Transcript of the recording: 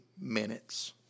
minutes